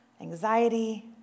Anxiety